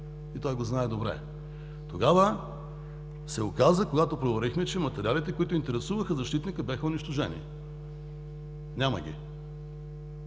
и той го знае добре. Тогава се оказа, когато проверихме, че материалите, които интересуваха защитника, бяха унищожени. Няма ги.